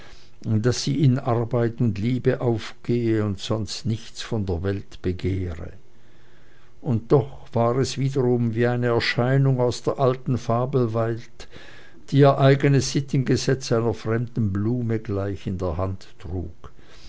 daß sie in arbeit und liebe aufgehe und sonst nichts von der welt begehre und doch war es wiederum wie eine erscheinung aus der alten fabelwelt die ihr eigenes sittengesetz einer fremden blume gleich in der hand trug